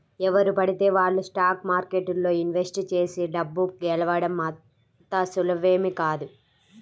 ఎవరు పడితే వాళ్ళు స్టాక్ మార్కెట్లో ఇన్వెస్ట్ చేసి డబ్బు గెలవడం అంత సులువేమీ కాదు